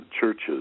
churches